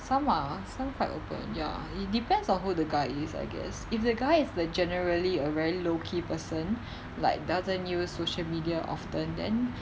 some are some quite open ya it depends on who the guy is I guess if the guy is the generally a very low key person like doesn't use social media often then